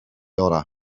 orau